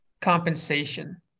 compensation